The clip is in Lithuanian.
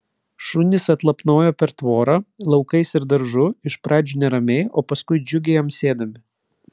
šunys atlapnojo per tvorą laukais ir daržu iš pradžių neramiai o paskui džiugiai amsėdami